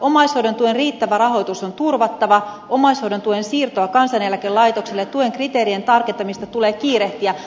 omaishoidon tuen riittävä rahoitus on turvattava omaishoidon tuen siirtoa kansaneläkelaitokselle tuen kriteerien tarkentamista tulee kiirehtiä